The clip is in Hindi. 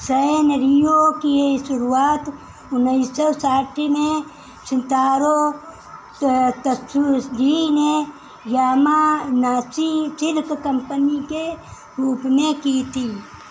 सैनरियो की शुरुआत उन्नीस सौ साठ में सितारो तत्सुजी ने यामानाशी सिल्क कंपनी के रूप में की थी